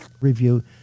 review